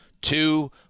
Two